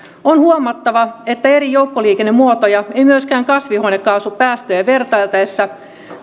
on huomattava että eri joukkoliikennemuotoja ei myöskään kasvihuonekaasupäästöjä vertailtaessa